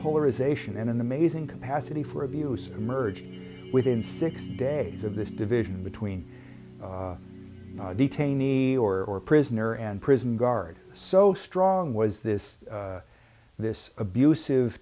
polarization and an amazing capacity for abuse emerged within six days of this division between the detainee or prisoner and prison guard so strong was this this abusive